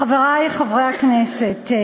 חברי חברי הכנסת,